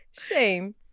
Shame